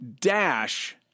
dash